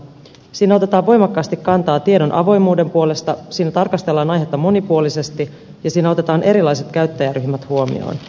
siinä otetaan voimakkaasti kantaa tiedon avoimuuden puolesta siinä tarkastellaan aihetta monipuolisesti ja siinä otetaan erilaiset käyttäjäryhmät huomioon